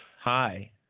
Hi